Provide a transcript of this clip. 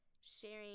sharing